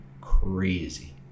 crazy